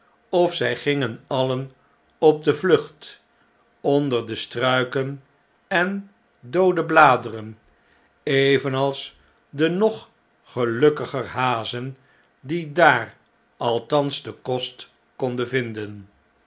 of zy gingen alien op de vlucht onder de struiken en doode bladeren evenals de nog gelukkiger hazen die dar althans den kost konden vinden